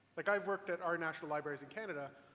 like i've worked at our national libraries in canada,